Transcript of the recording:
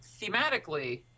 thematically